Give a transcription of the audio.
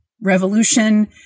revolution